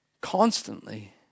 Constantly